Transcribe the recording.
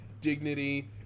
dignity